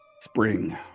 spring